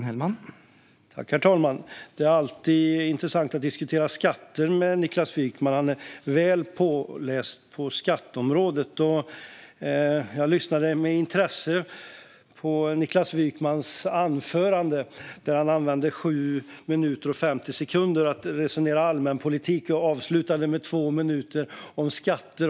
Herr talman! Det är alltid intressant att diskutera skatter med Niklas Wykman. Han är väl påläst på skatteområdet. Jag lyssnade med intresse på hans anförande då han använde 7 minuter och 50 sekunder till att resonera om allmänpolitik. Sedan avslutade han med 2 minuter om skatter.